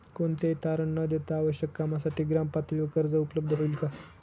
कोणतेही तारण न देता आवश्यक कामासाठी ग्रामपातळीवर कर्ज उपलब्ध होईल का?